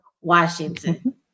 Washington